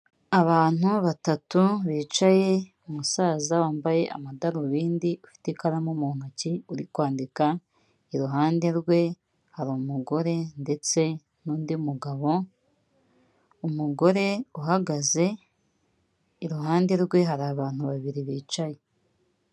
Abantu batatu bicaye, umusaza wambaye amadarubindi ufite ikaramu mu ntoki uri kwandika, iruhande rwe hari umugore ndetse n'undi mugabo, umugore uhagaze iruhande rwe hari abantu babiri bicaye.